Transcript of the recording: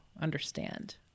understand